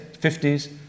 50s